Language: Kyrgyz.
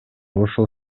ошол